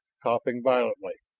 coughing violently.